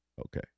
okay